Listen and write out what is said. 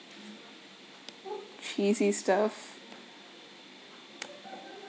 cheesy stuff